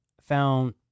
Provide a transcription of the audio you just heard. found